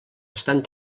estan